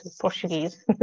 Portuguese